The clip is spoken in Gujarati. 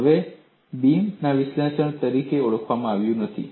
તેને હવે બીમના વિશ્લેષણ તરીકે ઓળખવામાં આવતું નથી